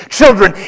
Children